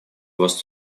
was